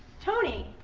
tony,